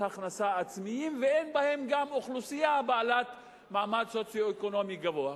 הכנסה עצמיים ואין בהן גם אוכלוסייה בעלת מעמד סוציו-אקונומי גבוה.